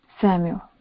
Samuel